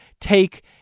Take